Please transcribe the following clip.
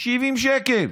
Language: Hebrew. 70 שקל.